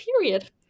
period